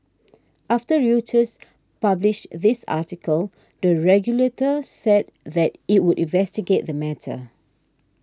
after Reuters published this article the regulator said that it would investigate the matter